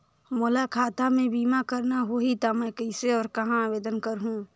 मोला खाता मे बीमा करना होहि ता मैं कइसे और कहां आवेदन करहूं?